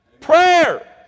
Prayer